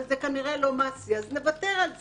אבל זה כנראה לא מעשי ולכן נוותר על זה.